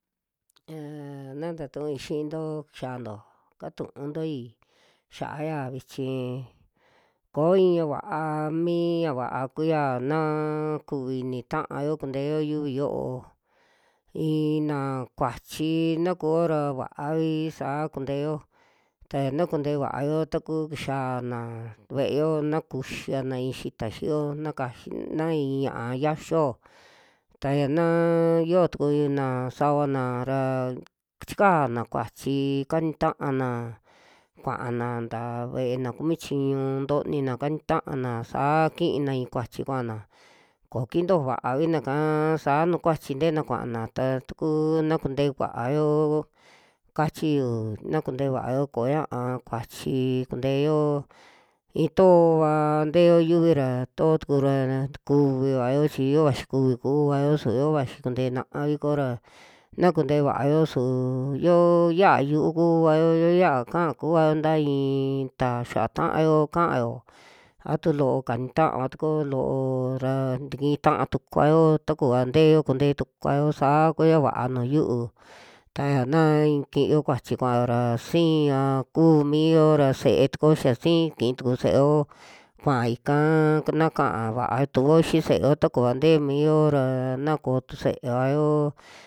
Ñaa na tatui xiinto xianto katuuntoi xaa ya chi koo iña va'a, mi ya vaa kuya na kuvi i'ini taayo kunteo yiuvi yo'o i'i naa kuachi na kuo ra va'avi saa kunteo, ta yaa na kunte vaao taku kixia naa ve'eo na kuxiana i'i xita xiiyo, na kaxi na i'i ña'a yiaxio ta ya naa yoo tukuna savana ra chikana kuachii, kani taana kuaana ya ve'e na kumi chiñu ntonina kani taana saa kina i'i kuachi kuana koo kintijo vaavina'ka saa nuju kuachi te'ena kuana, ta takuna kuntee vaayo kachiyu, na kuntee vaao kuñaa kuachii kunteo intoova teo yiuvi ra too tuku ra kuvivao chi yo vaxi kuvi kuvao, suvi yo vaxi kuntee na'ai kuo ra, na kuntee vaao su yoo ya'a yu'u kuuvao, yo yiaa ka'a kuvao nta i'i ta xiaa taayo kaao, a tu loo kani tava tukuo loo ra tikii ta'a tukuao. takuva te'eo kunte tukuvao saa kua yoo va'a nuju yiu, taxa naa ki'iyo kuachi kuao'ra siia kuu miyo ra, se'e tukuo xa sii kii tuku se'eo, kua ika nakaa vaa tuo xii se'eo takuva ntee mio'ra na koo'tu se'evao.